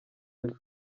ejo